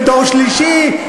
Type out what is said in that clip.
ודור שלישי,